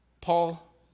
Paul